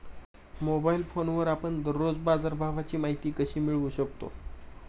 Mobile फोनवर आपण दररोज बाजारभावाची माहिती कशी मिळवू शकतो?